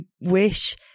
wish